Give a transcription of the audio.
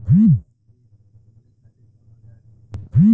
टमाटर के सोहनी खातिर कौन औजार ठीक होला?